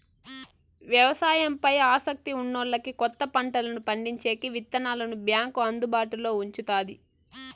వ్యవసాయం పై ఆసక్తి ఉన్నోల్లకి కొత్త పంటలను పండించేకి విత్తనాలను బ్యాంకు అందుబాటులో ఉంచుతాది